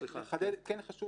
מצד שני, אנחנו רוצים לאפשר